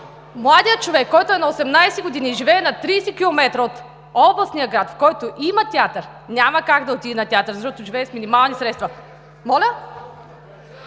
Младият човек, който е на 18 години и живее на 30 км от областния град, в който има театър, няма как да отиде на театър, защото живее с минимални средства. ТОМА